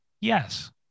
Yes